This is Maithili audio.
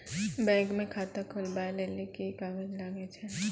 बैंक म खाता खोलवाय लेली की की कागज लागै छै?